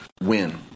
win